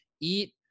eat